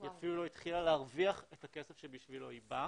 היא אפילו לא התחילה להרוויח את הכסף שבשבילו היא באה.